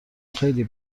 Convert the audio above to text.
خیلی